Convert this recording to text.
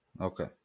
Okay